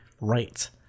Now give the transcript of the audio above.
right